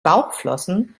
bauchflossen